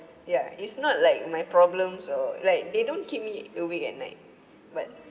ya it's not like my problems or like they don't keep me awake at night but